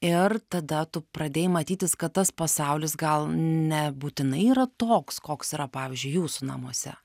ir tada tu pradėjai matyti kad tas pasaulis gal nebūtinai yra toks koks yra pavyzdžiui jūsų namuose